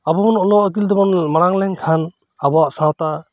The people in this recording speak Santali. ᱟᱵᱚᱵᱚᱱ ᱚᱞᱚᱜ ᱟᱹᱠᱤᱞᱛᱮᱵᱚᱱ ᱢᱟᱲᱟᱝ ᱞᱮᱱᱠᱷᱟᱱ ᱟᱵᱩᱣᱟᱜ ᱥᱟᱶᱛᱟ